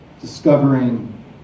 discovering